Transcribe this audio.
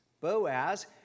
Boaz